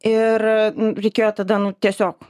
ir reikėjo tada nu tiesiog